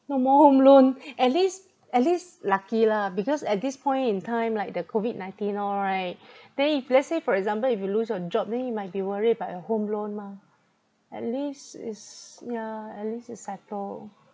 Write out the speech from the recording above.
no more home loan at least at least lucky lah because at this point in time like the COVID nineteen all right then if let's say for example if you lose your job then you might be worried about your home loan mah at least is yeah at least it's settle